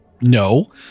no